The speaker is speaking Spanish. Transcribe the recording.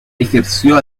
ejerció